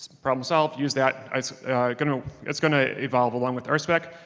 problem solved, use that, it's gonna it's gonna evolve along with rspec.